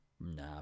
Nah